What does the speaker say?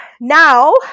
now